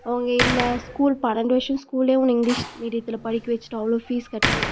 அவங்க இல்லை ஸ்கூல் பன்னெண்டு வருஷம் ஸ்கூலே உன்னை இங்க்லீஷ் மீடியத்தில் படிக்க வெச்சிட்டோம் அவ்வளோ ஃபீஸ் கட்டி